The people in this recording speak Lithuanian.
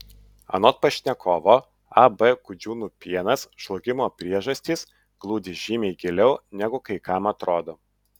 anot pašnekovo ab gudžiūnų pienas žlugimo priežastys glūdi žymiai giliau negu kai kam atrodo